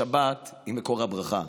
השבת היא מקור הברכה.